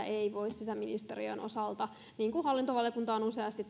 ei voi sisäministeriön osalta niin kuin hallintovaliokunta on useasti